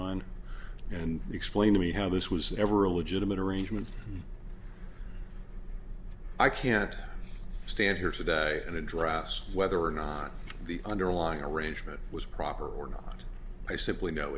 on and explain to me how this was never a legitimate arrangement i can't stand here today and address whether or not the underlying arrangement was proper or not i simply know